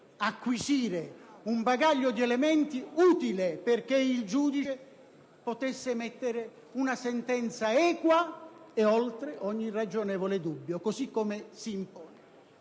di un bagaglio di elementi utile affinché il giudice potesse emettere una sentenza equa e oltre ogni ragionevole dubbio, così come si impone.